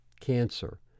cancer